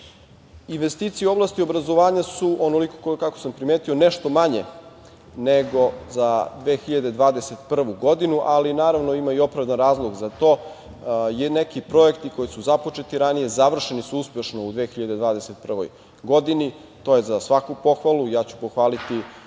privrede. Investicije u oblasti obrazovanja su, kako sam primetio, nešto manje nego za 2021. godinu, ali, naravno, ima i opravdan razlog za to. Neki projekti koji su započeti ranije završeni su uspešno u 2021. godini. To je za svaku pohvalu. Ja ću pohvaliti